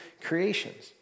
creations